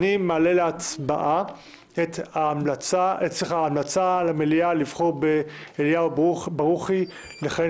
אני מעלה להצבעה המלצה למליאה לבחור באליהו ברוכי לכהן